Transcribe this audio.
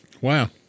Wow